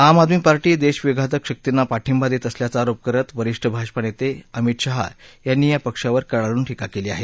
आम आदमी पार्टी देशविघातक शक्तींना पाठिंबा देत असल्याचा आरोप करत वरिष्ठ भाजपा नेते अमित शहा यांनी या पक्षावर कडाडून टीका केली आहे